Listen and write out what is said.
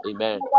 Amen